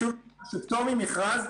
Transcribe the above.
ושוב, פטור ממכרז,